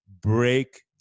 break